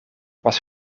was